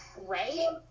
Right